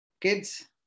kids